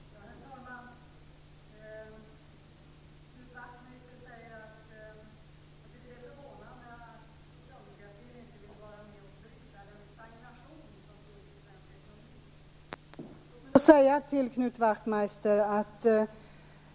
Herr talman! Knut Wachtmeister tycker att det är förvånande att socialdemokratin inte vill vara med och bryta den stagnation som finns i svensk ekonomi.